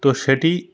তো সেটি